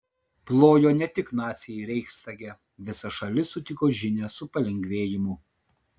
plojo ne tik naciai reichstage visa šalis sutiko žinią su palengvėjimu